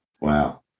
Wow